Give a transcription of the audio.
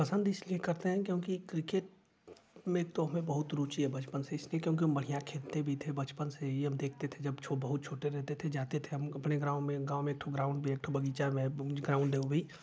पसंद इसलिए करते ही क्योंकि क्रिकेट में तो हमें बहुत रुचि है बचपन से इसलिए क्योंकि हम बढ़िया खेलते भी थे बचपन से ही यब देखते थे जब छो बहुत छोटे रहते थे जाते थे हम अपने ग्राउंड में गाँव में एक ठो ग्राउंड भी है एक ठो बगीचा भी है ग्राउंड है उ भी